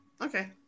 Okay